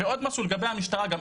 ועוד משהו לגבי המשטרה גם,